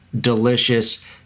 delicious